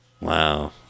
Wow